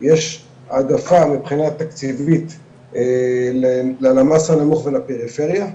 יש העדפה מבחינת תקציבית למס הנמוך ולפריפריה,